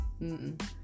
-mm